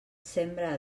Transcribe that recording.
sembra